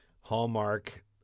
Hallmark